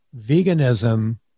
veganism